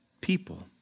people